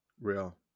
Real